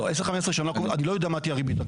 10-15 שנים הקרובות אני לא יודע מה תהיה הריבית.